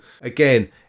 again